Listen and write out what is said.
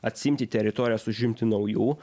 atsiimti teritorijas užimti naujų